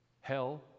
Hell